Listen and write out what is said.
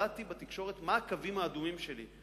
הודעתי בתקשורת מה הקווים האדומים שלי.